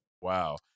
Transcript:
Wow